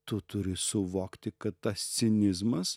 tu turi suvokti kad tas cinizmas